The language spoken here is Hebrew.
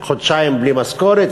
חודשיים בלי משכורת,